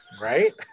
right